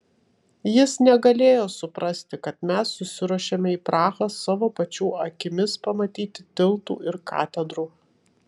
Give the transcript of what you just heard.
jis negalėjo suprasti kad mes susiruošėme į prahą savo pačių akimis pamatyti tiltų ir katedrų